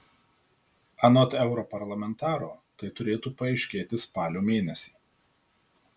anot europarlamentaro tai turėtų paaiškėti spalio mėnesį